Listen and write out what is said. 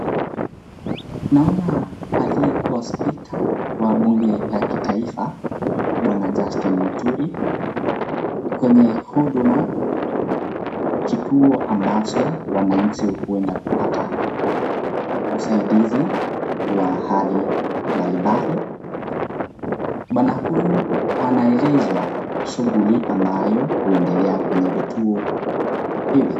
Naona aliyekuwa spika wa bunge la kitaifa bwana Justine Muturi kwenye huduma kituo ambacho wananchi huenda kupata usaidizi wa hali mbali mbali. Bwana huyu anaeleza shughuli anayo kuendelea kwenye vituo hivi.